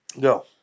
Go